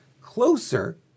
closer